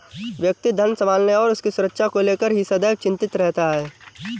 व्यक्ति धन संभालने और उसकी सुरक्षा को लेकर ही सदैव चिंतित रहता है